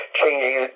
changing